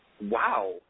Wow